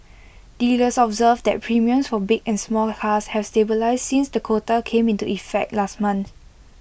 dealers observed that premiums for big and small cars have stabilised since the quota came into effect last month